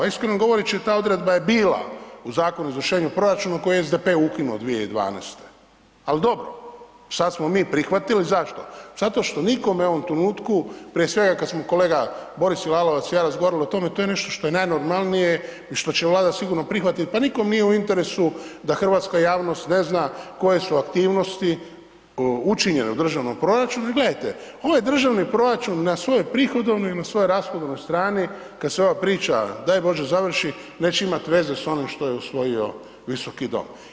Iskreno govoreći, ta je odredba je bila u zakonu o izvršenju proračuna koji je SDP ukinuo 2012., ali dobro, sad smo mi prihvatili, zašto, zato što nikome u ovom trenutku prije svega kad smo kolega Boris Lalovac i ja razgovarali o tome, to je nešto što je najnormalnije i što će Vlada sigurno prihvatiti, pa nikom nije u interesu da hrvatska javnost ne zna koje su aktivnosti učinjene u državnom proračunu jer gledajte, ovaj državni proračun na svojoj prihodovnoj i na svojoj rashodovnoj strani kad se ova priča daj bože završi, neće imat veze sa onim što je usvojio Visoki dom.